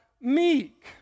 meek